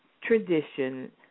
tradition